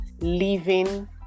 living